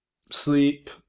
sleep